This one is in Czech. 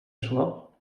šlo